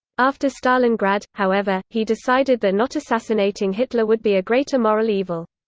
after stalingrad, however, he decided that not assassinating hitler would be a greater moral evil.